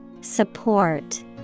Support